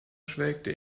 schwelgte